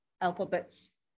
alphabets